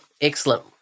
excellent